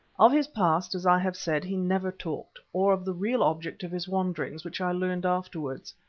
of his past, as i have said, he never talked, or of the real object of his wanderings which i learned afterwards,